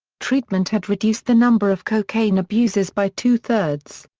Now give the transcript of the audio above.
treatment had reduced the number of cocaine abusers by two-thirds.